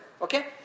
Okay